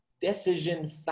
decision